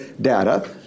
data